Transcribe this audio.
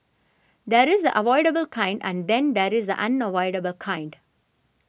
there is the avoidable kind and then there is the unavoidable kind